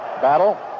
Battle